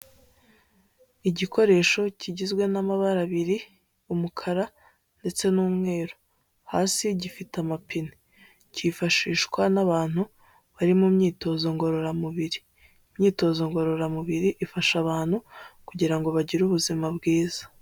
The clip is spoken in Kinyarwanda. Igikoresho kigizwe n'amabara abiri, umukara ndetse n'umweru. Hasi gifite amapine. Cyifashishwa n'abantu bari mu myitozo ngororamubiri. Imyitozo ngororamubiri ifasha abantu, kugira ngo bagire ubuzima bwiza.